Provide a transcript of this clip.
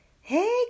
hey